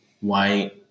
white